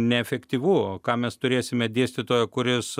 neefektyvu ką mes turėsime dėstytoją kuris